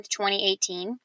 2018